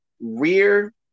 rear